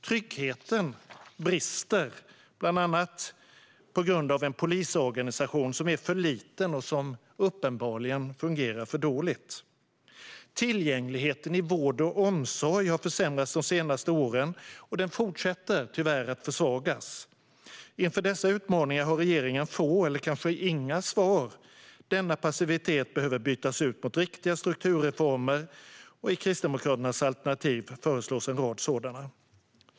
Tryggheten brister, bland annat på grund av en polisorganisation som är för liten och uppenbarligen fungerar alltför dåligt. Tillgängligheten i vård och omsorg har försämrats de senaste åren och fortsätter tyvärr att försvagas. Inför dessa utmaningar har regeringen få eller kanske inga svar. Denna passivitet behöver bytas ut mot riktiga strukturreformer, och i Kristdemokraternas alternativ föreslås en rad sådana.